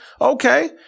Okay